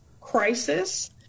crisis